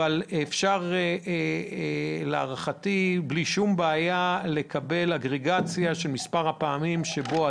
אבל להערכתי לא צריכה להיות שום בעיה לקבל אגרגציה של מספר הפעמים שבהן